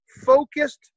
focused